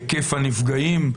היקף הנפגעים,